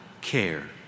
care